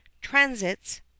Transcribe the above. Transits